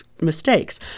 mistakes